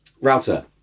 router